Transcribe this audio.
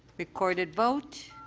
recorded vote.